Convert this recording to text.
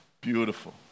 Beautiful